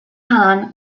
han